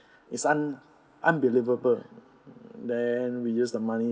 it's un~ unbelievable then we use the money